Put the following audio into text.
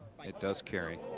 it does carry.